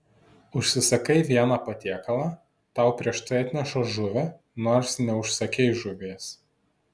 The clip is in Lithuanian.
užsisakai vieną patiekalą tau prieš tai atneša žuvį nors neužsakei žuvies